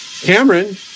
Cameron